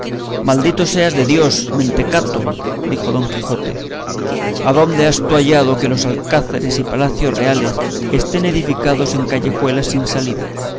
maldito seas de dios mentecato dijo don quijote adónde has tú hallado que los alcázares y palacios reales estén edificados en callejuelas sin salida